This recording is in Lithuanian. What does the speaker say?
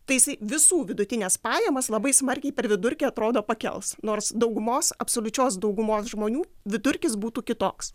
tai jisai visų vidutines pajamas labai smarkiai per vidurkį atrodo pakels nors daugumos absoliučios daugumos žmonių vidurkis būtų kitoks